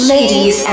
Ladies